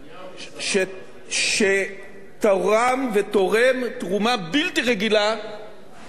שתרם ותורם תרומה בלתי רגילה לכלכלת ישראל.